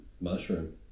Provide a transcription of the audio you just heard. mushroom